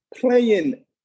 playing